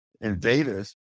invaders